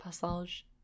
Passage